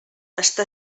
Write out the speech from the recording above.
està